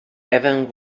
even